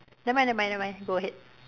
never mind never mind never mind go ahead